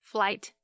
Flight